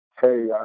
hey